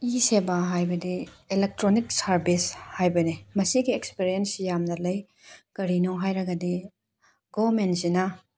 E ꯁꯦꯕꯥ ꯍꯥꯏꯕꯗꯤ electronic service ꯍꯥꯏꯕꯅꯤ ꯃꯁꯤꯒꯤ ꯑꯦꯛꯁꯄꯦꯔꯤꯌꯦꯟ ꯌꯥꯝꯅ ꯂꯩ ꯀꯔꯤꯅꯣ ꯍꯥꯏꯔꯒꯗꯤ ꯒꯣꯃꯦꯟꯠꯁꯤꯅꯥ